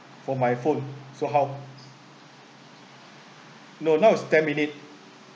for my phone so how no now is ten minute